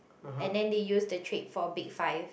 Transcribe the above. and then they use the trait for big five